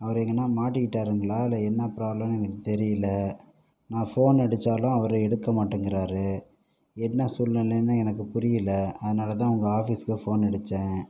அவர் எங்கேன்னா மாட்டிக்கிட்டாருங்களா இல்லை என்ன பிராப்ளம்னு எனக்கு தெரியலை நான் ஃபோன் அடிச்சாலும் அவர் எடுக்க மாட்டேங்கிறாரு என்ன சூழ்நிலைன்னு எனக்கு புரியல அதனால தான் உங்கள் ஆஃபீஸ்க்கு ஃபோன் அடித்தேன்